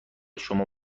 شما